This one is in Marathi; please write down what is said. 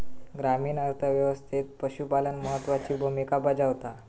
ग्रामीण अर्थ व्यवस्थेत पशुपालन महत्त्वाची भूमिका बजावता